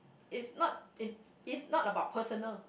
it's not it's not about personal